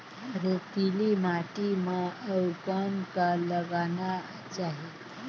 रेतीली माटी म अउ कौन का लगाना चाही?